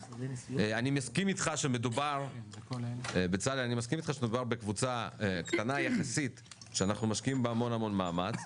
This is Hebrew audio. אני מסכים איתך שמדובר בקבוצה קטנה יחסית שאנחנו משקיעים בה המון מאמץ,